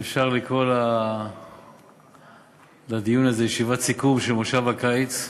אם אפשר לקרוא לדיון הזה ישיבת סיכום של כנס הקיץ,